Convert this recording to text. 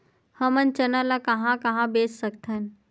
हमन चना ल कहां कहा बेच सकथन?